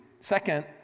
Second